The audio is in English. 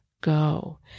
go